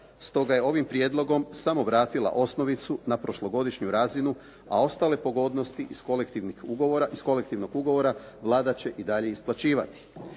Stoga je ovim prijedlogom samo vratila osnovicu na prošlogodišnju razinu, a ostale pogodnosti iz kolektivnog ugovora Vlada će i dalje isplaćivati.